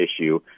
issue